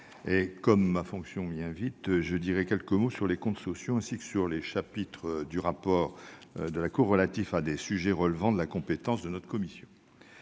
Comme ma fonction m'y invite, je dirai quelques mots sur les comptes sociaux, ainsi que sur les chapitres du rapport de la Cour relatifs à des sujets relevant de la compétence de notre commission.